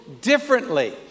differently